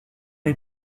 est